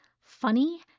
funny